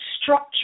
structure